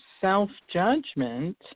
self-judgment